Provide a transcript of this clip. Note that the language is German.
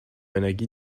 energie